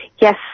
Yes